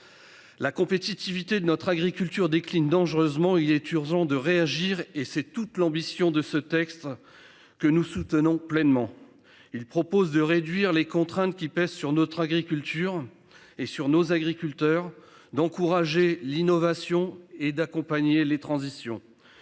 La compétitivité de notre agriculture décline dangereusement. Il est urgent de réagir et c'est toute l'ambition de ce texte que nous soutenons pleinement. Il propose de réduire les contraintes qui pèsent sur notre agriculture et sur nos agriculteurs d'encourager l'innovation et d'accompagner les transitions.